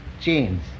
chains